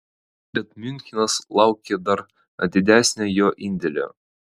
bet miunchenas laukia dar didesnio jo indėlio